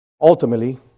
Ultimately